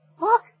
Look